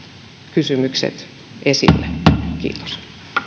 kysymykset esille kiitos